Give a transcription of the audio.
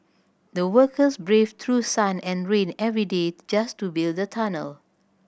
the workers braved through sun and rain every day just to build the tunnel